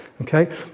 Okay